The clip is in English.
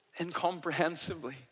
incomprehensibly